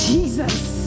Jesus